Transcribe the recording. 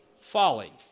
Folly